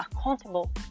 accountable